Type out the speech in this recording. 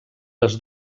les